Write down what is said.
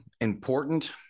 important